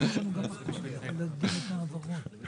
וההתקשרות עם הגורמים המפעילים נפרסת על פני יותר משנת תקציב אחת.